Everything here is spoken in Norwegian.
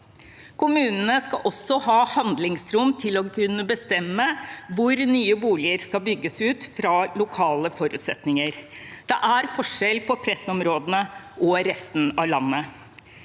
Kommunene skal også ha handlingsrom til å kunne bestemme hvor nye boliger skal bygges ut fra lokale forutsetninger. Det er forskjell på pressområdene og resten av landet.